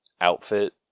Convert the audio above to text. outfit